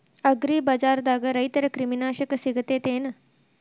ಅಗ್ರಿಬಜಾರ್ದಾಗ ರೈತರ ಕ್ರಿಮಿ ನಾಶಕ ಸಿಗತೇತಿ ಏನ್?